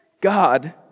God